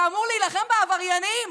אתה אמור להילחם בעבריינים,